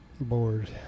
Bored